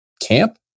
camp